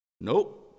Nope